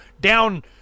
down